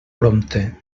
prompte